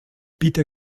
bitte